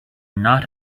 not